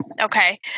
Okay